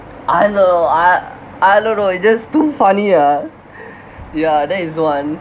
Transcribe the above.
I know I I don't know it's just too funny ah ya that is one